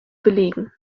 belegen